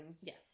Yes